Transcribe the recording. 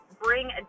bring